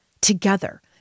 together